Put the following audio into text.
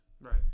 Right